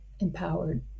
empowered